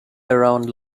around